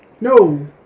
No